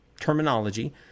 terminology